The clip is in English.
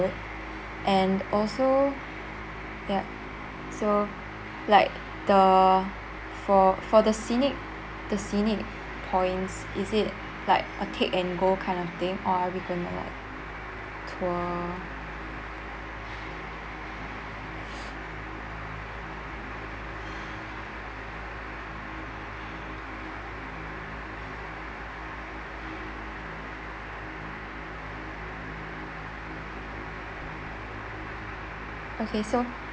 good and also yup so like the for for the scenic the scenic points is it like a take and go kind of thing or are we going to tour okay so